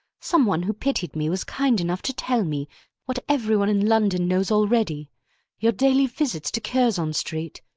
some one who pitied me was kind enough to tell me what every one in london knows already your daily visits to curzon street,